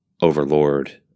overlord